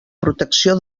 protecció